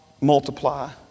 multiply